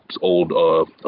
old